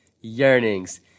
Yearnings